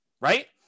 right